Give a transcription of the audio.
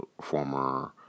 former